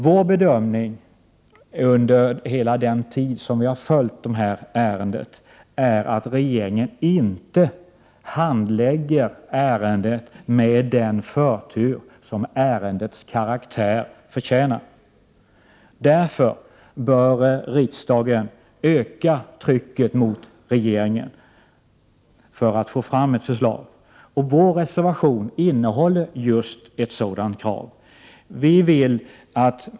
Vår bedömning under hela den tid som vi har följt ärendet är den att regeringen inte handlägger det med den förtur som ärendets karaktär förtjänar. Därför bör riksdagen öka trycket mot regeringen för att få fram ett förslag. Vår reservation innehåller just ett sådant krav.